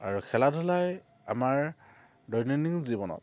আৰু খেলা ধূলাই আমাৰ দৈনন্দিন জীৱনত